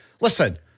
listen